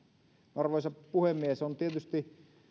arvoisa puhemies on tietysti